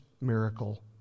miracle